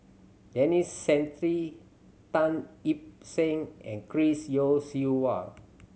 Denis Santry Tan Yip Seng and Chris Yeo Siew Hua